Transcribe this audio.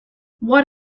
what